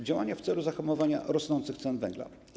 Działania w celu zahamowania rosnących cen węgla.